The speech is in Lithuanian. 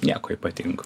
nieko ypatingo